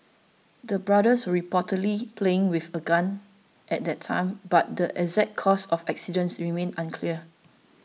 the brothers were reportedly playing with a gun at the time but the exact cause of the accident remains unclear